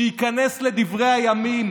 שזה ייכנס לדברי הימים,